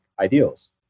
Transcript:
ideals